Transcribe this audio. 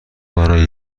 برای